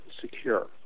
secure